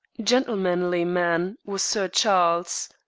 gentlemanly man was sir charles.